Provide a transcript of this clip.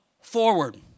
forward